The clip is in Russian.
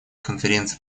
конференции